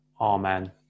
Amen